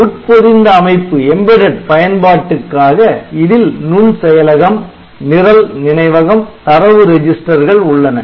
உட்பொதிந்த அமைப்பு பயன்பாட்டுக்காக இதில் நுண் செயலகம் நிரல் நினைவகம் தரவு ரெஜிஸ்டர்கள் உள்ளன